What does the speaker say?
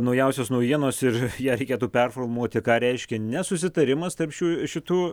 naujausios naujienos ir ją reikėtų performuoti ką reiškia nesusitarimas tarp šių šitų